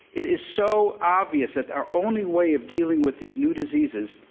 it is so obvious that our only way of dealing with these new diseases